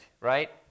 right